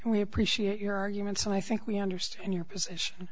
we appreciate your arguments and i think we understand your position